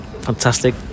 fantastic